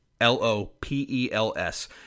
L-O-P-E-L-S